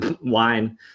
wine